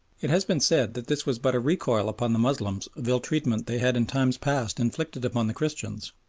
it has been said that this was but a recoil upon the moslems of ill-treatment they had in times past inflicted upon the christians.